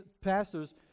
pastors